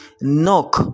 Knock